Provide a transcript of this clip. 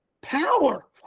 Power